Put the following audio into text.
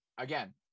again